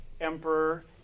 emperor